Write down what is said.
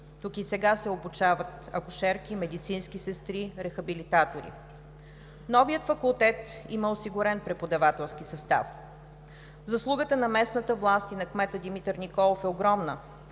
Тук и сега се обучават акушерки, медицински сестри, рехабилитатори. Новият факултет има осигурен преподавателски състав. Заслугата на местната власт и на кмета Димитър Николов е огромна